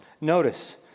Notice